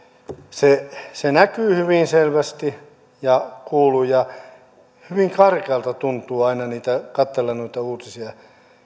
se se näkyy hyvin selvästi ja kuuluu ja hyvin karkealta tuntuu aina katsella noita uutisia